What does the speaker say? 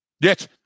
Yes